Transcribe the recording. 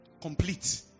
Complete